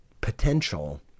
potential